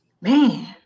Man